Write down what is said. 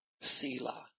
Selah